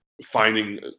finding